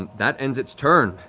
and that ends its turn.